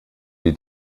die